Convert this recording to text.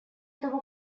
того